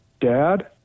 dad